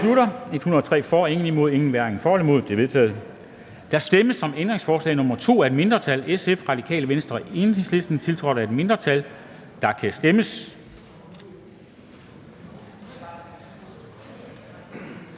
Der kan stemmes.